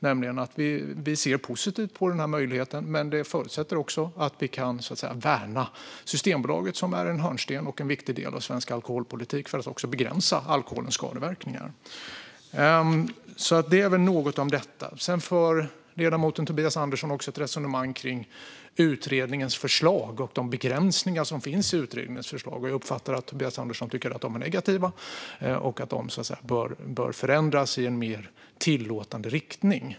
Och vi ser positivt på denna möjlighet, men det förutsätter också att vi kan värna Systembolaget som är en hörnsten och en viktig del av svensk alkoholpolitik för att också begränsa alkoholens skadeverkningar. Ledamoten Tobias Andersson för också ett resonemang kring utredningens förslag och de begränsningar som finns i utredningens förslag. Jag uppfattade att Tobias Andersson tycker att de är negativa och att de bör förändras i en mer tillåtande riktning.